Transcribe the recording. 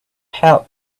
help